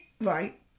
Right